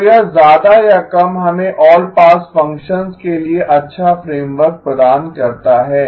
तो यह ज्यादा या कम हमें ऑल पास फ़ंक्शंस के लिए एक अच्छा फ्रेमवर्क प्रदान करता है